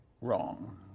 wrong